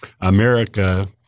America